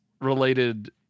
related